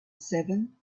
seven